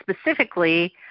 specifically